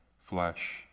flesh